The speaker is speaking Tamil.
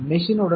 A OR B